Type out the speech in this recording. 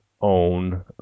own